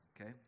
okay